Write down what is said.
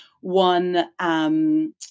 One